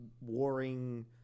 warring